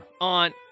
Aunt